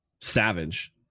Savage